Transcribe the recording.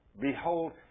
Behold